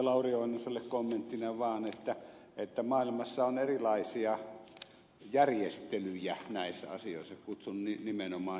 lauri oinoselle kommenttina vaan että maailmassa on näissä asioissa erilaisia järjestelyjä kutsun niitä nimenomaan niin